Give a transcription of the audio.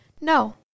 No